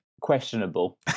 questionable